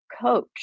coach